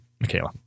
michaela